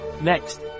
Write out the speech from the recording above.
Next